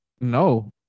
no